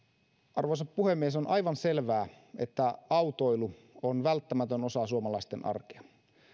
arvoisa puhemies on aivan selvää että autoilu on välttämätön osa suomalaisten arkea